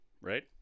right